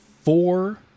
four